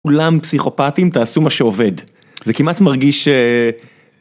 כולם פסיכופטים, תעשו מה שעובד. זה כמעט מרגיש...